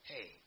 Hey